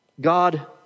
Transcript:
God